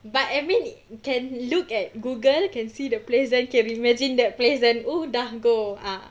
but I mean you can look at google you can see the place then can imagine that place then oh dah go ah